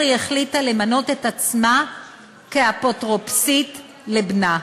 היא החליטה למנות את עצמה לאפוטרופוסית לבנה.